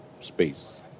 space